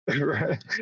right